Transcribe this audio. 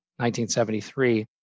1973